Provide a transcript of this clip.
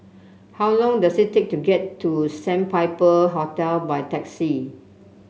how long does it take to get to Sandpiper Hotel by taxi